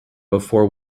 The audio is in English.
before